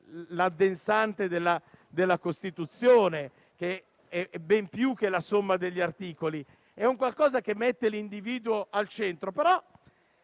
l'addensante della Costituzione, che è ben più che la somma degli articoli, è un qualcosa che mette l'individuo al centro.